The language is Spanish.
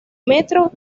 metro